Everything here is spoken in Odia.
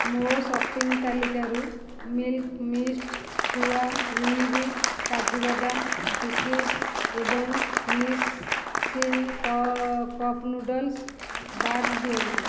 ମୋ' ଶପିଂ ତାଲିକାରୁ ମିଲ୍କ ମିଷ୍ଟ ଖୁଆ ୟୁନିବିକ୍ କାଜୁ ବାଦାମ କୁକିଜ୍ ଏବଂ ନିସ୍ସିନ କପ୍ ନୁଡଲ୍ସ ବାଦ୍ ଦିଅନ୍ତୁ